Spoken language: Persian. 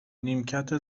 نیمکت